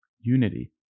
Unity